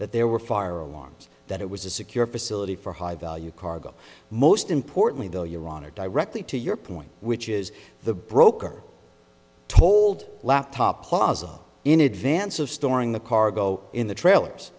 that there were fire alarms that it was a secure facility for high value cargo most importantly though your honor directly to your point which is the broker told laptop plaza in advance of storing the cargo in the trailers